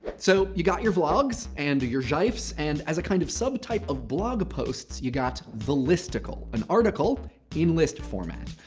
so you've got your vlogs and your gifs. and as a kind of subtype of blog post, you've got the listicle, an article in list format.